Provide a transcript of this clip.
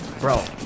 bro